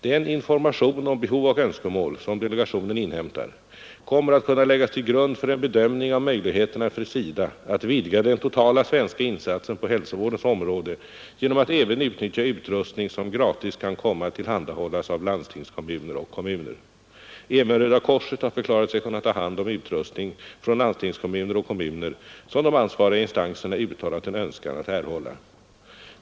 Den information om behov och önskemål som delegationen inhämtar kommer att kunna läggas till grund för en bedömning av möjligheterna för SIDA att vidga den totala svenska insatsen på hälsovårdens område genom att även utnyttja utrustning som gratis kan komma att tillhandahållas av landstingskommuner och kommuner. Även Röda korset har förklarat sig kunna ta hand om utrustning från landstingskommuner och kommuner som de ansvariga instanserna uttalat en önskan att erhålla.